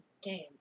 game